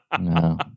No